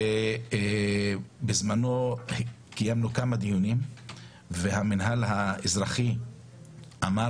בזמנו קיימנו כמה דיונים והמינהל האזרחי אמר